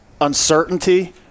uncertainty